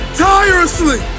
tirelessly